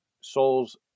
souls